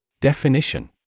Definition